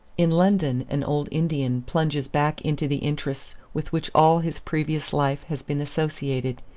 in london an old indian plunges back into the interests with which all his previous life has been associated,